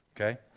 Okay